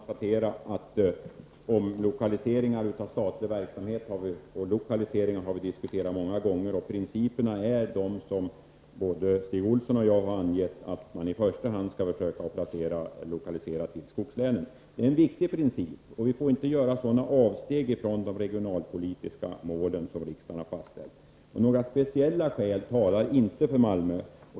Herr talman! Det är bara att konstatera att vi många gånger har diskuterat frågan om lokalisering av statlig verksamhet. Principen är den som både Stig Olsson och jag har angett, nämligen att man i första hand skall försöka lokalisera till skogslänen. Det är en viktig princip, och vi får inte göra sådana här avsteg från de regionalpolitiska målen, som riksdagen har fastställt. Några speciella skäl talar inte för Malmö.